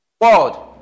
world